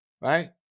Right